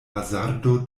hazardo